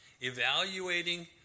Evaluating